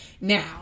now